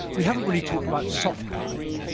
we haven't really talked about soft power.